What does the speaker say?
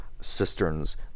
cisterns